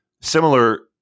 Similar